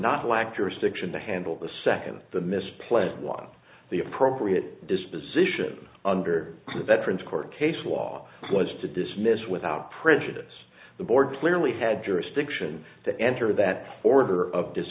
not lack jurisdiction to handle the second the miss plant was the appropriate disposition under the veterans court case law was to dismiss without prejudice the board clearly had jurisdiction to enter that order of